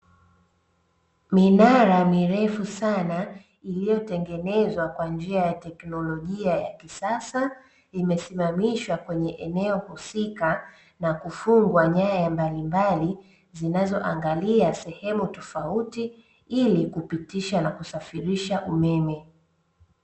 Minara mirefu sana iliyotengenezwa kwa njia ya teknolojia ya kisasa, imesimamishwa kwenye eneo husika na kufungwa nyaya mbalimbali zinazo angalia sehemu tofauti ili kupitisha na kusafirisha umeme.